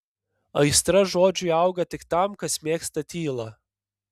aistra žodžiui auga tik tam kas mėgsta tylą